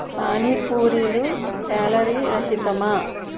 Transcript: పానీ పూరీలు క్యాలరీ రహితమా